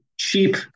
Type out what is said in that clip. cheap